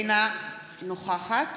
אינה נוכחת